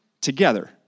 together